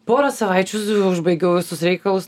porą savaičių užbaigiau visus reikalus